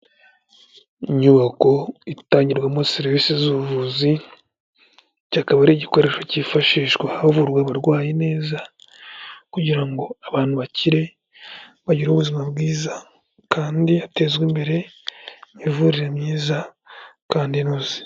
Inyubako itangirwamo serivisi z'ubuvuzi, iki kikaba ari igikoresho kifashishwa havurwa abarwayi neza kugira ngo abantu bakire bagire ubuzima bwiza kandi hatezwe imbere imivurire myiza kandi inoze.